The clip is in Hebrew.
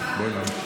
של מי?